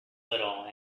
little